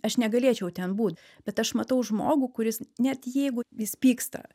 aš negalėčiau ten būt bet aš matau žmogų kuris net jeigu jis pyksta